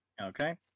Okay